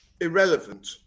irrelevant